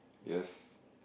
yes